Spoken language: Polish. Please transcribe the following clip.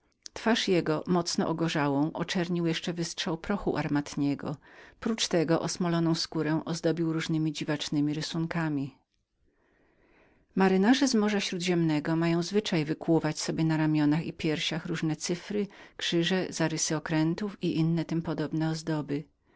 twarz jego mocno ogorzałą oczernił jeszcze wystrzał prochu armatniego prócz tego patron tak już nakrapianą skórę ozdobił jeszcze różnemi dziwacznemi rysunkami majtkowie z morza śródziemnego mają zwyczaj wykalać sobie na ramionach i piersiach różne cyfry krzyże zarysy okrętów i inne tym podobne ozdoby